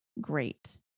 Great